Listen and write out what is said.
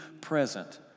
present